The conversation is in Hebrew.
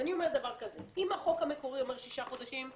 אני אומרת דבר כזה: אם החוק המקורי מדבר על שישה חודשים,